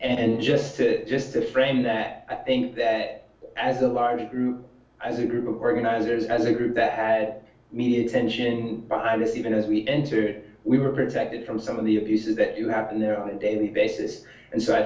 and just to just to frame that i think that as a large group as a group of organizers and a group that had media attention behind it even as we entered we were protected from some of the abuses that you have been there on a daily basis and so i